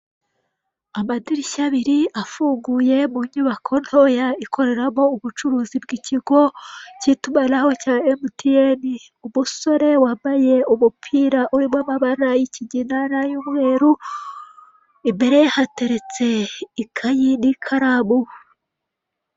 Amadirishya abiri afunguye mu nyubako ntoya ikoreramo ubucuruzi bw'ikigo cy'itumanaho cya emutiyeni, umusore wambaye umupira urimo amabara y'ikigina n'ay'umweru, imbere hateretse ikayi n'ikaramu.